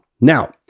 Now